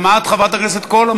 גם את אמרת משהו, חברת הכנסת קול?